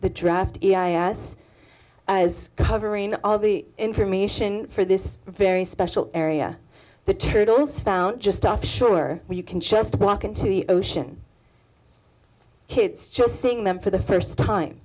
the draft e i a s as covering all the information for this very special area the turtles found just stuff sure you can just walk into the ocean kids just seeing them for the first time